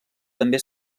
també